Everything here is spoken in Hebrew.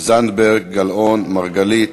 זנדברג, גלאון, מרגלית.